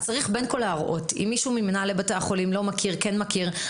אם מישהו ממנהלי בתי החולים לא מכיר או כן מכיר,